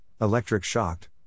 electric-shocked